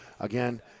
Again